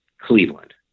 Cleveland